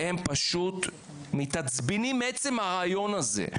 הם פשוט מתעצבנים מעצם הרעיון הזה.